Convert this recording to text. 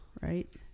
right